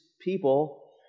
people